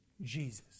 Jesus